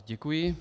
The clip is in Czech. Děkuji.